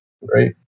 right